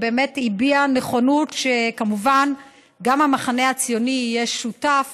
הוא באמת הביע נכונות שכמובן גם המחנה הציוני יהיה שותף